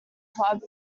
club